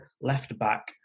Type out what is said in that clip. left-back